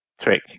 trick